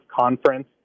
conference